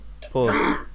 Pause